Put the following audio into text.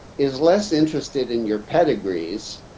is less interested in your pedigrees,